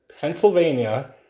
Pennsylvania